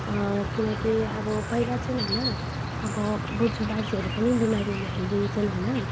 किनकि अब पहिला चाहिँ होइन अब बोजुबाजेहरू पनि बिमारी हुँदाखेरि चाहिँ होइन